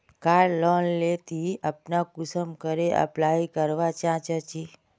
कार loan नेर ती अपना कुंसम करे अप्लाई करवा चाँ चची?